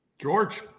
George